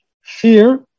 fear